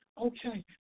okay